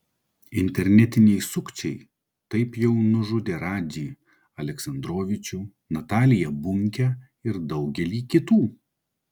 internetiniai sukčiai taip jau nužudė radžį aleksandrovičių nataliją bunkę ir daugelį kitų